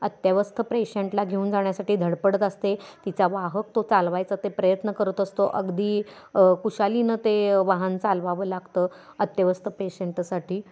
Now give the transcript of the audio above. अत्यवस्थ पेशंटला घेऊन जाण्यासाठी धडपडत असते तिचा वाहक तो चालवायचा ते प्रयत्न करत असतो अगदी कुशालीनं ते वाहन चालवावं लागतं अत्यवस्थ पेशंटसाठी